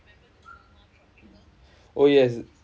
oh yes